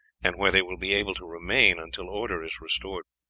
and where they will be able to remain until order is restored.